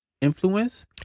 influence